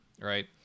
right